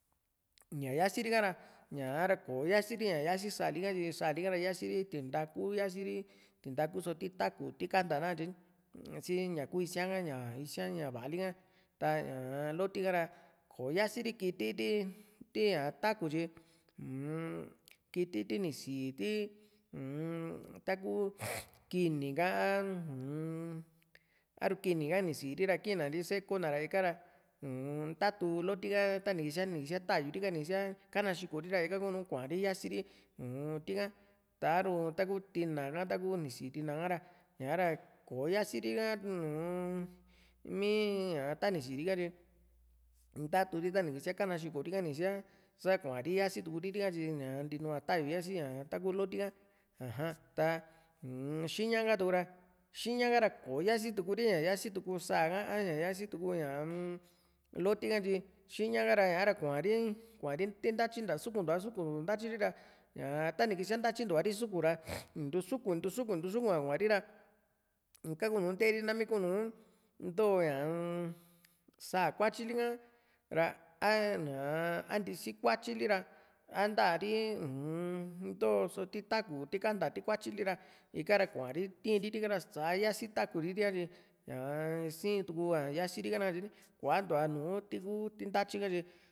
ñaa yasiri ka´ra ña´ra kò´o yasiri a yasi sáa lika tyi sáa lika ra yasiri tintaku yasiri tintaku só ti táku ti kanta nakatye ni sii ña´kuu isáa ha ña isíaa ña va´li ka ta ñaa loti ka ra kò´o yasiri ti ti ti´ña taku tyi uu-m kiti ti ni sii ti uu-m taku kini ka u-n a´ru kini ka ni ssi´ri ra kina ri seko na ra ikara uu-n ntatu loto ka tani kisía ta´yu ri´ka ni kisía kanaxikori ra ika kuu´nú kua´ri yasi´ri uu-m tika ta a´ru taku tina ka taku ni sii tina ka ra ña´ra kò´o yasi´ri ha uu-m mii ña tani siri´ka tyi ntaturi ta ni kísia kanaxikori ka ni kisíaa sakuari yasi´tukuri ri´ka tyi ña ntinu´a tayu yasi taku loti ka aja ta uu- n xiña ka tuku ra xiña ka´ra kò´o yasitukuri ña ña yasi tuku sáa ha a´ña yasi tuku ñaa-m loti ka tyi xiña kara kua´ri kua´ri nte ntatyi ri nta sukuntu´a sukutu ntatyiri ra ñaa tani kisía ntatyintua ri suku ra untu suku´n untu suku´n ka kua´ri ra ika kuu´nu nteeri nami ku´nú ntoo ñaa sáa kuatyi lika ra a ñaa ntisi kuatyili a nta ri uu-m ntoo só ti taku ti kanta tikuatyili ra ika ra kua´ri tiiri´rika ra yasii takuu ri ri´atyi ñaa sii tu´a yasi tika nakatye ni kua´ntua nùù ku ti ntatyi ka tyi